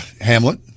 Hamlet